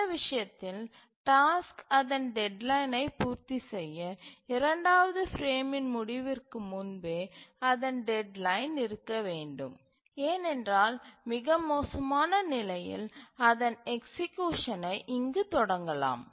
இந்த விஷயத்தில் டாஸ்க்கு அதன் டெட்லைனை பூர்த்தி செய்ய இரண்டாவது பிரேமின் முடிவிற்கு முன்பே அதன் டெட்லைன் இருக்க வேண்டும் ஏனென்றால் மிக மோசமான நிலையில் அதன் எக்சீக்யூசனை இங்கு தொடங்கலாம்